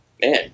man